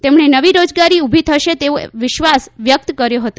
તેમણે નવી રોજગારી ઉભી થશે તેવો વિશ્વાસ વ્યકત કર્યો હતો